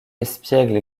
espiègle